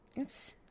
Oops